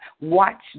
Watch